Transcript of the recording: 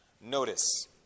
Notice